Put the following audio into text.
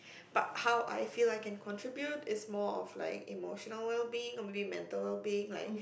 but how I feel I can contribute is more of like emotional well being probably mental well being